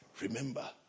remember